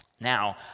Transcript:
Now